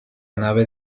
nave